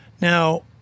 Now